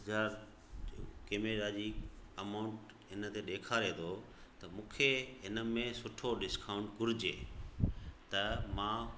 हज़ार कैमरा जी अमाउंट हिनते ॾेखारे थो त मूंखे इन में सुठो डिस्काउंट घुरिजे त मां